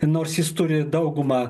nors jis turi daugumą